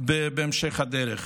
בהמשך הדרך.